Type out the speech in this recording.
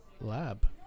lab